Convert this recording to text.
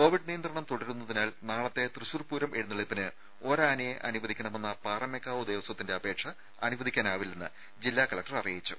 Covid നിയന്ത്രണം തുടരുന്നതിനാൽ നാളത്തെ തൃശൂർ പൂരം എഴുന്നള്ളിപ്പിന് ഒരാനയെ അനുവദിക്കണമെന്ന പാറമേക്കാവ് ദേവസ്വത്തിന്റെ അപേക്ഷ അനുവദിക്കാനാവില്ലെന്ന് ജില്ലാ കലക്ടർ അറിയിച്ചു